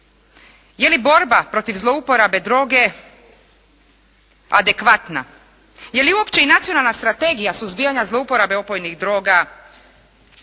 Je li borba protiv zlouporabe droge adekvatna? Je li uopće i Nacionalna strategija suzbijanja zlouporabe opojnih droga